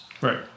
Right